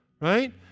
right